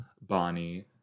Bonnie